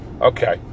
Okay